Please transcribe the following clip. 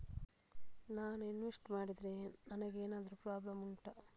ನಾನು ಇನ್ವೆಸ್ಟ್ ಮಾಡಿದ್ರೆ ನನಗೆ ಎಂತಾದ್ರು ಪ್ರಾಬ್ಲಮ್ ಉಂಟಾ